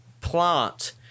plant